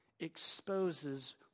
exposes